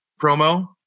promo